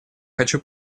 хочу